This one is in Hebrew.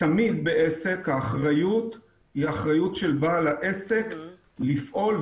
בעסק האחריות היא תמיד של בעל העסק לפעול,